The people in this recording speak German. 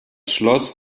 schloss